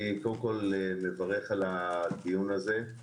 אני מברך על הדיון הזה.